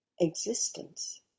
existence